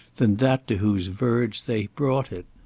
than that to whose verge they brought it?